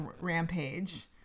rampage